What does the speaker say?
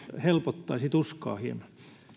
helpottaisi tuskaa hieman